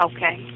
Okay